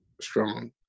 strong